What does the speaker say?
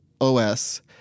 OS